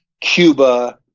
cuba